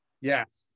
Yes